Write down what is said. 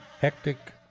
hectic